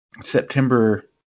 September